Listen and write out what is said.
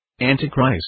Antichrist